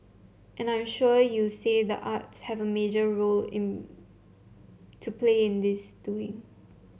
and I'm sure you'll say the arts have a major role to play in this doing